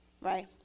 right